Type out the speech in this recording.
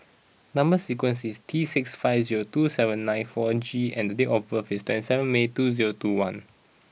number sequence is T six five zero two seven nine four G and the date of birth is twenty seven May two zero two one